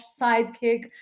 sidekick